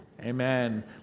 Amen